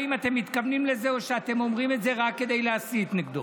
האם אתם מתכוונים לזה או שאתם אומרים את זה רק כדי להסית נגדו?